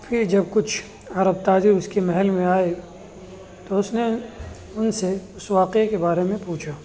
پھر جب کچھ عرب تاجر اس کے محل میں آئے تو اس نے ان سے اس واقعے کے بارے میں پوچھا